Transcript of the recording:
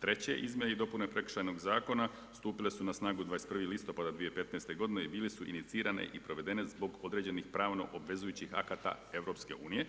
Treće izmjene i dopune Prekršajnog zakona stupile su na snagu 21. listopada 2015. godine i bile s u inicirane i provedene zbog određenih pravno-obvezujućih akata EU-a